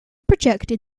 projected